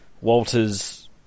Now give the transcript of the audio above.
Walters